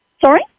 Sorry